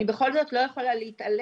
אני בכל זאת לא יכולה להתעלם,